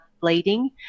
bleeding